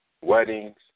weddings